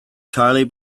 charlie